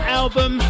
album